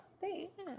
thanks